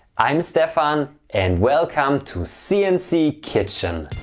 i'm stefan and welcome to cnc kitchen!